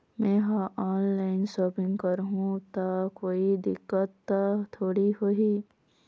मैं हर online shopping करू ता कोई दिक्कत त थोड़ी होही?